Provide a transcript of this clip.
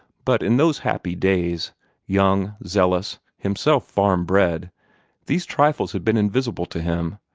but in those happy days young, zealous, himself farm-bred these trifles had been invisible to him,